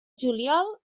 juliol